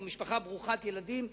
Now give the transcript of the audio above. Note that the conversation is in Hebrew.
או משפחה ברוכת ילדים,